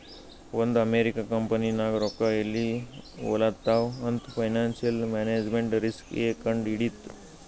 ಒಂದ್ ಅಮೆರಿಕಾ ಕಂಪನಿನಾಗ್ ರೊಕ್ಕಾ ಎಲ್ಲಿ ಹೊಲಾತ್ತಾವ್ ಅಂತ್ ಫೈನಾನ್ಸಿಯಲ್ ಮ್ಯಾನೇಜ್ಮೆಂಟ್ ರಿಸ್ಕ್ ಎ ಕಂಡ್ ಹಿಡಿತ್ತು